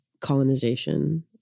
colonization